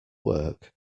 work